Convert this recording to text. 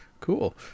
cool